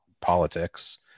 politics